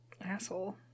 asshole